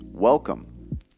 Welcome